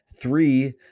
three